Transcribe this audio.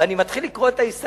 ואני מתחיל לקרוא את ההסתייגויות,